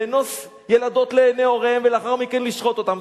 לאנוס ילדות לעיני הוריהן ולאחר מכן לשחוט אותן.